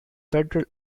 federal